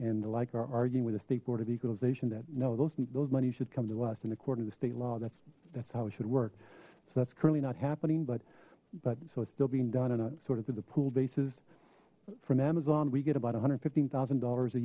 and like our arguing with the state board of equalization that no those those money should come to us and a quarter of the state law that's that's how it should work so that's currently not happening but but so it's still being done and sort of through the pool basis from amazon we get about a hundred fifteen thousand dollars a